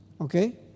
Okay